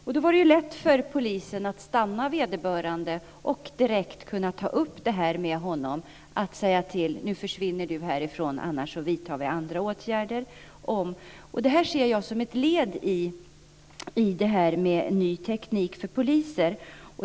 Det var då lätt för polisen att stoppa vederbörande och direkt säga till honom: Nu försvinner du härifrån, annars vidtar vi andra åtgärder. Det här ser jag som ett led i detta med ny teknik för poliser.